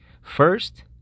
First